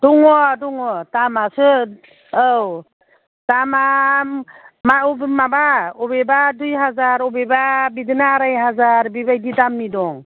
दङ दङ दामआसो औ दामआ मा अबे माबा अबेबा दुइ हाजार अबेबा बिदिनो आराय हाजार बेबायदि दामनि दं